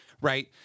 right